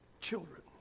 children